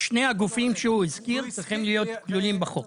שני הגופים שהוא הזכיר צריכים להיות כלולים בחוק.